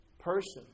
person